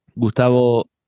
gustavo